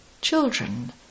Children